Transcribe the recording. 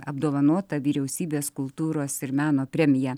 apdovanota vyriausybės kultūros ir meno premija